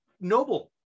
noble